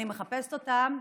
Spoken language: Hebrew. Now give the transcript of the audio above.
אני מחפשת אותם,